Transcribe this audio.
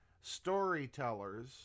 storytellers